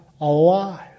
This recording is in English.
alive